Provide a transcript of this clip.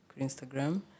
instagram